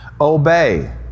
obey